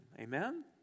Amen